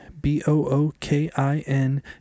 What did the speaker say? B-O-O-K-I-N